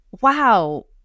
wow